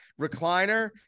recliner